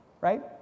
Right